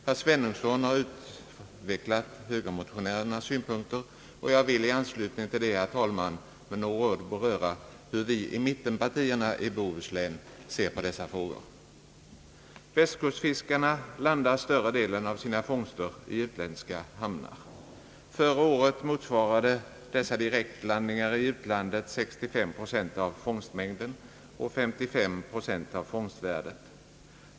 Herr Svenungsson har utvecklat högermotionärernas synpunkter, och jag vill i anslutning till det, herr talman, med några ord beröra hur vi i mittenpartierna i Bohuslän ser på dessa frågor. Västkustfiskarna landar större delen av sina fångster i utländska hamnar. Förra året motsvarade dessa direktlandningar i utlandet 65 procent av fångstmängden och 55 procent av fångstvärdet.